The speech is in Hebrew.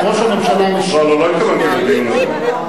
ראש הממשלה משיב, לא התכוונתי לדיון הזה.